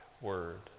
word